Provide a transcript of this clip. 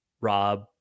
Rob